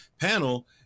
panel